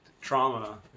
trauma